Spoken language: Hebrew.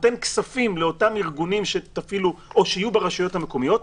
נותן כסף לאותם ארגונים שתפעילו או שיהיו ברשויות המקומיות.